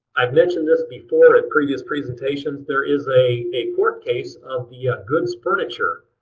i've mentioned this before in previous presentations, there is a a court case of the ah good's furniture